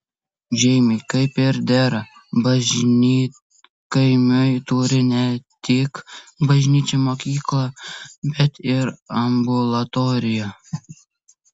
žeimiai kaip ir dera bažnytkaimiui turi ne tik bažnyčią mokyklą bet ir ambulatoriją